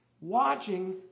watching